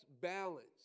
balance